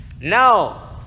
No